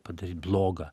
padaryt blogą